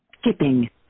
Skipping